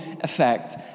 effect